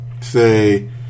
Say